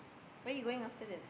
where you going after this